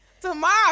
tomorrow